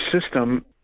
system